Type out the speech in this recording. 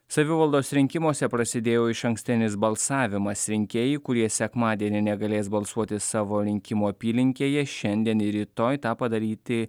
savivaldos rinkimuose prasidėjo išankstinis balsavimas rinkėjų kurie sekmadienį negalės balsuoti savo rinkimų apylinkėje šiandien ir rytoj tą padaryti